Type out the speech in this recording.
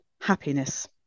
happiness